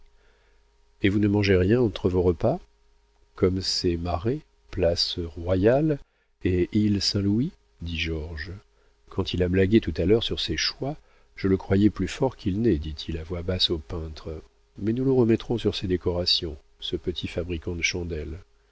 et vous ne mangez rien entre vos repas comme c'est marais place royale et île saint-louis dit georges quand il a blagué tout à l'heure sur ses croix je le croyais plus fort qu'il n'est dit-il à voix basse au peintre mais nous le remettrons sur ses décorations ce petit fabricant de chandelles